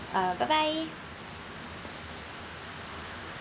uh bye bye